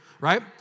Right